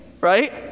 Right